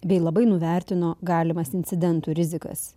bei labai nuvertino galimas incidentų rizikas